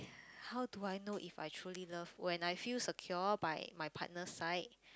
how do I know if I truly love when I feel secure by my partner side